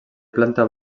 planta